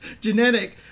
genetic